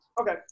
okay